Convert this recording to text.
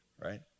right